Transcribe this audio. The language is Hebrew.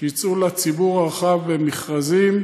שיצאו לציבור הרחב במכרזים,